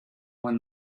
when